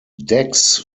decks